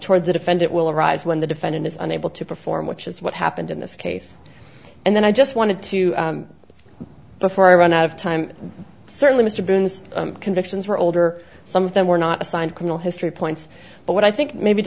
toward the defendant will arise when the defendant is unable to perform which is what happened in this case and then i just wanted to before i run out of time certainly mr boone's convictions were older some of them were not assigned criminal history points but what i think maybe